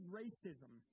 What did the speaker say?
racism